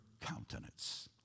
countenance